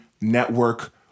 network